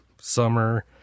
summer